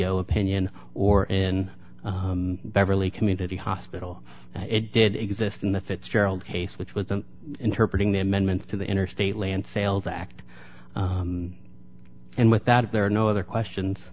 o opinion or in beverly community hospital it did exist in the fitzgerald case which was i'm interpreting the amendments to the interstate land sales act and without it there are no other questions